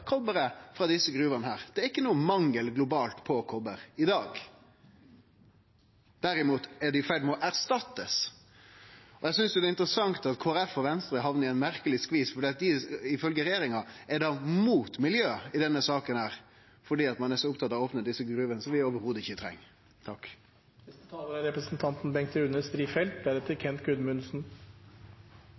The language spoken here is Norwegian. koparen frå desse gruvene. Det er ikkje nokon mangel globalt på kopar i dag. Derimot er han i ferd med å bli erstatta. Eg synest det er interessant at Kristeleg Folkeparti og Venstre hamnar i ein merkeleg skvis fordi dei ifølgje regjeringa er imot miljøet i denne saka – fordi ein er så oppteken av å opne desse gruvene, som vi ikkje i det heile treng.